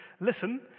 listen